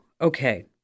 Okay